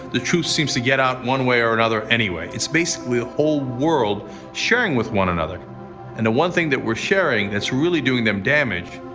the truth seems to get out one way or another anyway. it's basically the whole world sharing with one another and the one thing that we're sharing, that's really doing them damage,